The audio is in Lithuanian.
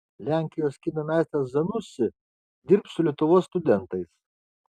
lenkijos kino meistras zanussi dirbs su lietuvos studentais